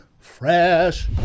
Fresh